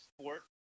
sport